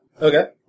Okay